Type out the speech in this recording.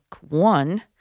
one